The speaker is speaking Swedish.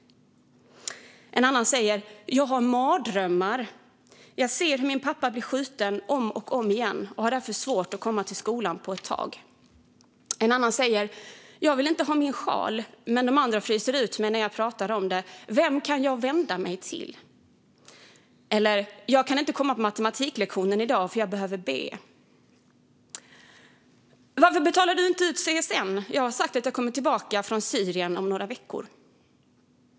En annan säger: Jag har mardrömmar. Jag ser om och om igen hur min pappa blir skjuten och har därför svårt att komma till skolan på ett tag. En tredje säger: Jag vill inte ha min sjal, men de andra fryser ut mig när jag pratar om det. Vem kan jag vända mig till? Någon sa: Jag kan inte komma på matematiklektionen i dag, för jag behöver be. Eller: Varför betalar du inte ut CSN? Jag har ju sagt att jag kommer tillbaka från Syrien om några veckor.